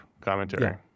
commentary